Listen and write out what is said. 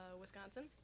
Wisconsin